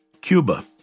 Cuba